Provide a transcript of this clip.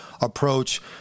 approach